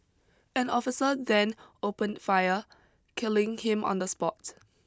an officer then opened fire killing him on the spot